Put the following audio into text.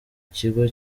kigo